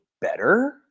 better